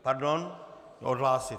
Pardon. Odhlásit.